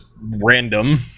random